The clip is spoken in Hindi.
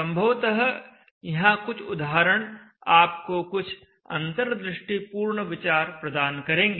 संभवतः यहां कुछ उदाहरण आपको कुछ अंतर्दृष्टि पूर्ण विचार प्रदान करेंगे